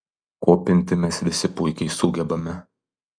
kopinti mes visi puikiai sugebame